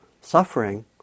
suffering